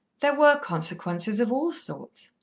there were consequences of all sorts.